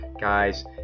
guys